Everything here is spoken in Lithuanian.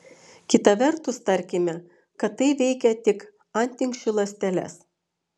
kita vertus tarkime kad tai veikia tik antinksčių ląsteles